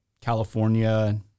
California